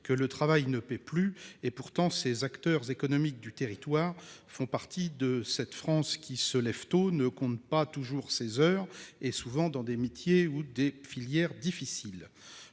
que le travail ne paie plus. Pourtant, ces acteurs économiques du territoire font partie de cette France qui se lève tôt et qui ne compte pas toujours ses heures, souvent dans des métiers ou des filières difficiles.